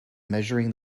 measuring